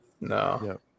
No